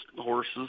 horses